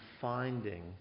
finding